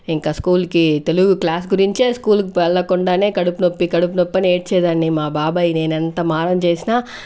ఇంకా స్కూల్ కి తెలుగు క్లాస్ గురించే స్కూల్ కి వెళ్ళకుండానే కడుపునొప్పి కడుపునొప్పి అని ఏడ్చే దాన్ని మా బాబాయ్ నేనెంత మారం చేస్నా